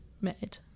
made